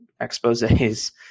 exposes